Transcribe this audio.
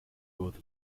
both